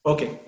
Okay